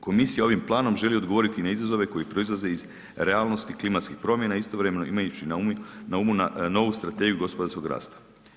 Komisija ovim planom želi odgovoriti na izazove koji proizlaze iz realnosti klimatskih promjena, a istovremeno imajući na umu novu Strategiju gospodarskog rasta.